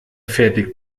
fertigt